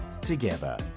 together